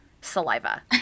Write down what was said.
saliva